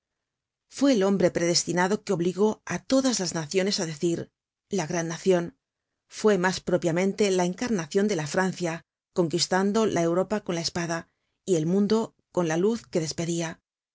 fue el hombre predestinado que obligó á todas las naciones á decir la gran nacion fue mas propiamente la encarnacion de lá francia conquistando la europa con la espada y el mundo con la luz que despedia